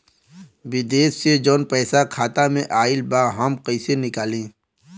विदेश से जवन पैसा खाता में आईल बा हम कईसे निकाली?